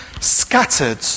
scattered